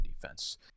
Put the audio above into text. defense